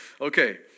Okay